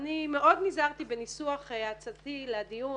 אני מאוד נזהרתי בניסוח עצתי לדיון